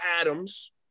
Adams